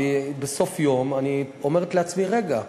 כי בסוף היום אני אומרת לעצמי: רגע,